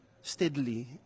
steadily